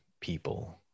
people